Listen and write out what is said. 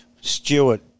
Stewart